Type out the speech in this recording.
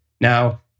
Now